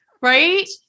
right